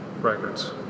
records